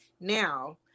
Now